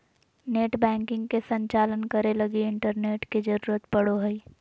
net banking के संचालन करे लगी इंटरनेट के जरुरत पड़ो हइ